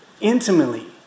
intimately